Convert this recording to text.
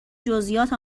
جزئیات